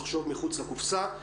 לחשוב מחוץ לקופסה.